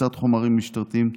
תפיסת חומרים משטרתיים,